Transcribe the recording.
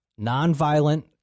Nonviolent